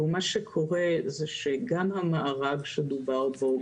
גם המארג שדובר בו,